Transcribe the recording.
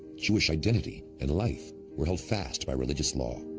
jewish identity and life were held fast by religious law.